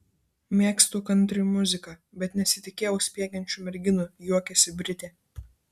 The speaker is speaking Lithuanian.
mėgstu kantri muziką bet nesitikėjau spiegiančių merginų juokiasi britė